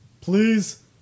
please